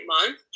month